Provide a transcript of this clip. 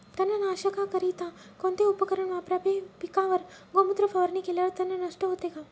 तणनाशकाकरिता कोणते उपकरण वापरावे? पिकावर गोमूत्र फवारणी केल्यावर तण नष्ट होते का?